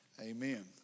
Amen